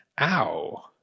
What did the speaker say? Ow